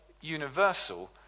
universal